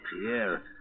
Pierre